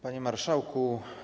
Panie Marszałku!